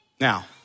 Now